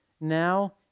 now